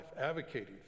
advocating